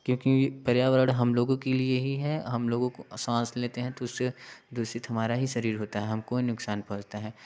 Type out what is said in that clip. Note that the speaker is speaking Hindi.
क्योंकि पर्यावरण हम लोगों के लिए ही है हम लोगों को सांस लेते हैं तो उसे दूषित हमारा ही शरीर होता है हमको ही नुकसान पहुंचता है